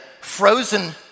frozen